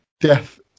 death